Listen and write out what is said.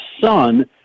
son